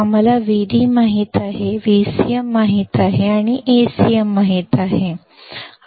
आम्हाला Vd माहित आहे आम्हाला Vcm माहित आहे आम्हाला Acm माहित आहे